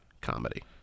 comedy